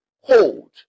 hold